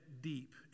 deep